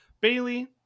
Bailey